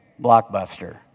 Blockbuster